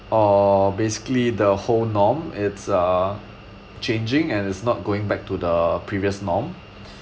or basically the whole norm it's uh changing and it's not going back to the previous norm